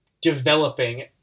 developing